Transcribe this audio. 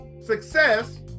Success